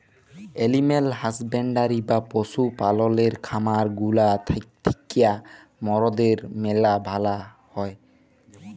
animal husbandry বা পশু পাললের খামার গুলা থিক্যা মরদের ম্যালা ভালা হ্যয়